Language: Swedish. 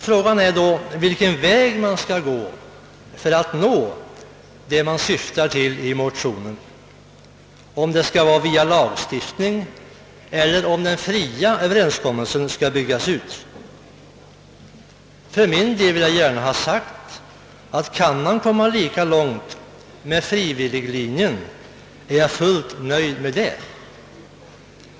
Frågan är då vilken väg man bör gå för att nå motionens syfte, om det skall ske genom lagstiftning eller om den frivilliga överenskommelsen skall byggas ut. För min del vill jag gärna ha sagt, att man kan nå lika långt med frivilliglinjen, så är jag nöjd med det.